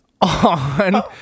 on